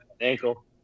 Ankle